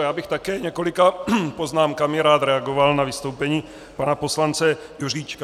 Já bych také několika poznámkami rád reagoval na vystoupení pana poslance Juříčka.